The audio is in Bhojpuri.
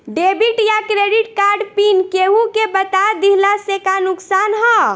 डेबिट या क्रेडिट कार्ड पिन केहूके बता दिहला से का नुकसान ह?